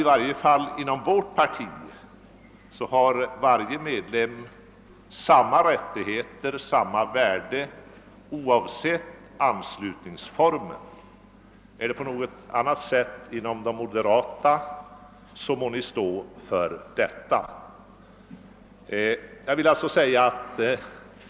Inom vårt parti har i varje fall alla medlemmar samma rättigheter och samma värde oavsett anslutningsformen. Om det förhåller sig på annat sätt inom det moderata samlingspartiet får ni stå för detta själva.